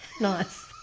Nice